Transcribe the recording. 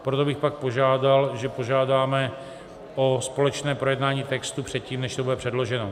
Proto bych pak požádal, že požádáme o společné projednání textu předtím, než to bude předloženo.